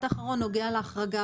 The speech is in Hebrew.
ההחרגה